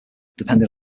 depending